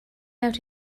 out